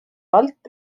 alt